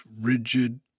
rigid